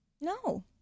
No